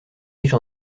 riche